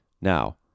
Now